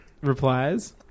replies